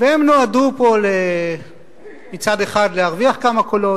והם נועדו פה מצד אחד להרוויח כמה קולות,